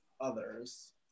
others